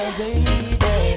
baby